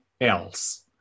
else